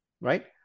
Right